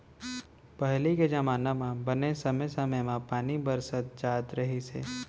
पहिली के जमाना म बने समे समे म पानी बरस जात रहिस हे